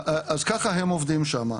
אז ככה הם עובדים שם.